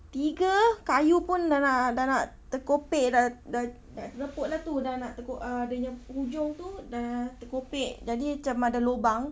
tiga kayu pun dah nak dah nak terkopek dah dah nak reput lah itu dah nak terko~ err dia punya hujung itu dah terkopek jadi macam ada lubang